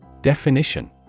Definition